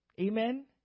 Amen